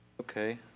Okay